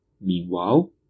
Meanwhile